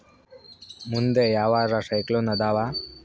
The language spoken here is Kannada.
ಮುಂದೆ ಯಾವರ ಸೈಕ್ಲೋನ್ ಅದಾವ?